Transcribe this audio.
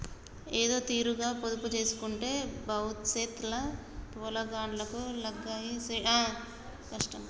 ఏదోతీరుగ పొదుపుజేయకుంటే బవుసెత్ ల పొలగాండ్ల లగ్గాలు జేసుడు కష్టం మరి